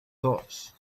thoughts